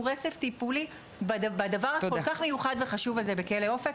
רצף טיפולי בדבר הכל כך מיוחד וחשוב הזה בכלא אופק,